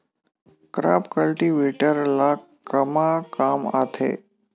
Crop cultivator ला कमा काम आथे?